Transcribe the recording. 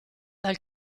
dal